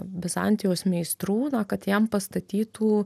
bizantijos meistrų na kad jam pastatytų